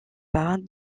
pas